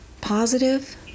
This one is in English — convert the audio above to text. positive